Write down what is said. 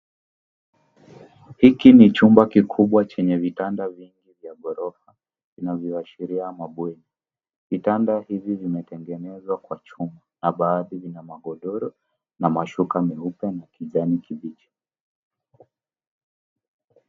Hiki ni chumba kikubwa chenye vitanda vingi vya ghorofa vinavyoashiria mabweni. Vitanda hivi vimetengenezwa kwa chuma na baadhi vina magodoro na mashuka meupe na kijani kibichi.